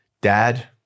Dad